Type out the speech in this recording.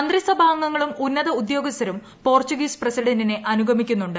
മന്ത്രിസഭാംഗങ്ങളും ഉന്നത ഉദ്യോഗസ്ഥരും പോർച്ചുഗീസ് പ്രസിഡന്റിനെ അനുഗമിക്കുന്നുണ്ട്